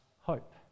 hope